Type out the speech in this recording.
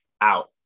out